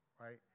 right